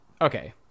Okay